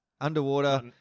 underwater